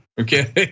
okay